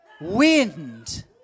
wind